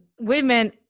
women